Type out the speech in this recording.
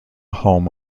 home